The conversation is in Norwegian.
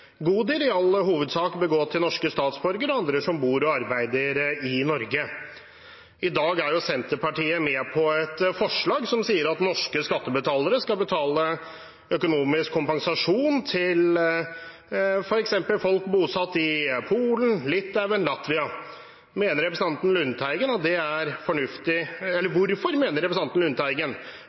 velferdsgoder i all hovedsak bør gå til norske statsborgere og andre som bor og arbeider i Norge. I dag er Senterpartiet med på et forslag som sier at norske skattebetalere skal betale økonomisk kompensasjon til folk bosatt i f.eks. Polen, Litauen og Latvia. Hvorfor mener representanten Lundteigen at det er fornuftig